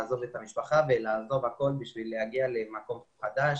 לעזוב את המשפחה ולעזוב הכול כדי להגיע למקום חדש,